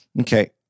Okay